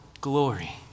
glory